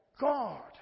God